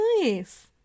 nice